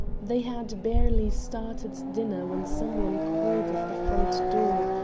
they had barely started dinner when some one called at the front door,